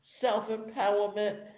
self-empowerment